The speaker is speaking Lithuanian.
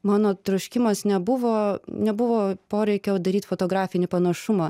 mano troškimas nebuvo nebuvo poreikio daryt fotografinį panašumą